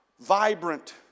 vibrant